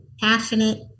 passionate